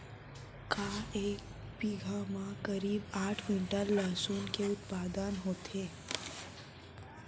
का एक बीघा म करीब आठ क्विंटल लहसुन के उत्पादन ह होथे?